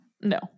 No